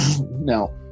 no